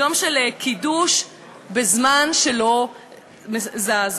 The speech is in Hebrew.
יום של קידוש בזמן שלא זז.